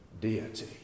deity